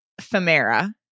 Femera